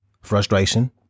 frustration